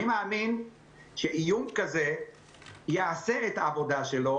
אני מאמין שאיום כזה יעשה את העבודה שלו